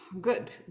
good